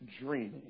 dreaming